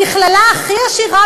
המכללה הכי עשירה